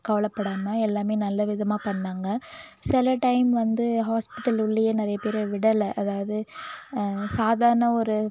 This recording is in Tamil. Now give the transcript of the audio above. கவலைப்படாம எல்லாமே நல்ல விதமாக பண்ணிணாங்க சில டைம் வந்து ஹாஸ்பிட்டல் உள்ளேயே நிறைய பேரை விடலை அதாவது சாதாரண ஒரு